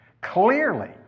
Clearly